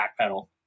backpedal